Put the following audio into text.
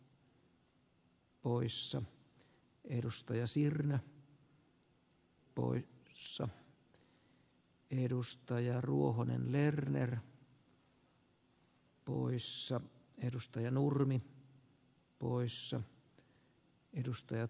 tässä on kyse hyvästä aloitteesta jonka ed